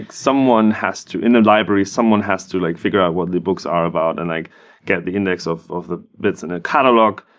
someone has to in the library, someone has to like figure out what the books are about and like get the index of of the bits in a catalog,